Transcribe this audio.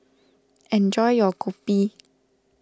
enjoy your Kopi